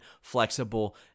flexible